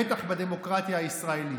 בטח בדמוקרטיה הישראלית,